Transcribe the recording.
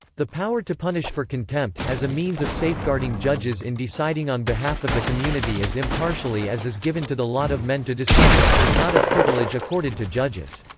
the power to punish for contempt, as a means of safeguarding judges in deciding on behalf of the community as impartially as is given to the lot of men to decide, is not a privilege accorded to judges.